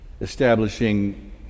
establishing